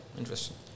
interesting